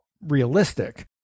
realistic